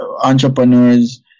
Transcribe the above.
entrepreneurs